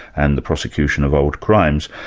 and the prosecution of old crimes.